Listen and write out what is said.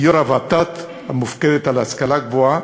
כיושב-ראש הוות"ת, המופקדת על ההשכלה הגבוהה,